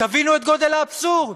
תבינו את גודל האבסורד.